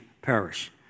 Perish